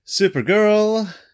Supergirl